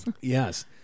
Yes